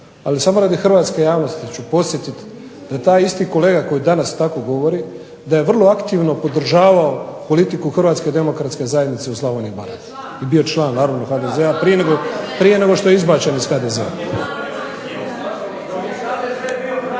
Ali samo radi hrvatske javnosti ću podsjetiti da taj isti kolega koji danas tako govori da je vrlo aktivno podržavao politiku Hrvatske demokratske zajednice u Slavoniji i Baranji je bio član naravno HDZ-a, prije nego što je izbačen iz HDZ-a.